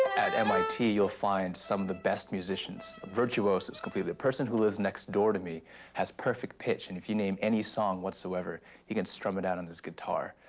at mit, you'll find some of the best musicians virtuosos, completely. a person who lives next door to me has perfect pitch, and if you name any song whatsoever he can strum it out on his guitar.